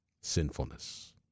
sinfulness